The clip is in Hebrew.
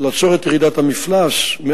לקראת המחצית השנייה של אוקטובר,